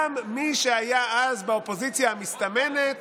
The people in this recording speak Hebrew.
גם מי שהיה אז באופוזיציה המסתמנת